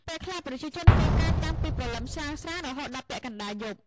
ពេលខ្លះប្រជាជនធ្វើការតាំងពីព្រលឹមស្រាងៗរហូតដល់ពាក់កណ្ដាលយប់។